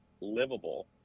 livable